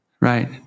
Right